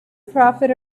profit